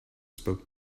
spoke